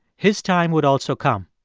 his time would also come.